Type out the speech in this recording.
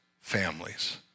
families